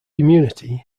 immunity